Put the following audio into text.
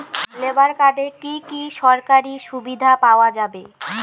Labour কার্ডে কি কি সরকারি সুবিধা পাওয়া যাবে?